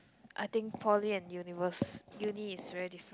I think poly and univers~ uni is very different